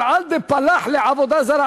אבל על "דפלח לעבודה זרה",